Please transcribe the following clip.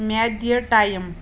مےٚ دِ ٹایِم